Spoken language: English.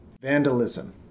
Vandalism